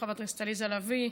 לחברת הכנסת עליזה לביא.